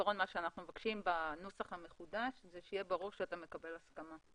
בעיקרון מה שאנחנו מבקשים בנוסח המחודש זה שיהיה ברור שאתה מקבל הסכמה.